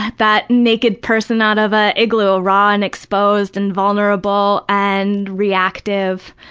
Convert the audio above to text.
that naked person out of an igloo, raw and exposed and vulnerable and reactive,